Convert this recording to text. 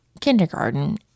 kindergarten